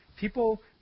people